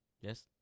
Yes